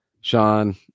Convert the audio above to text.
Sean